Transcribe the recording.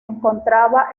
encontraba